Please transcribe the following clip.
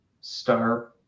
star